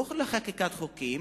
לא לחקיקת חוקים,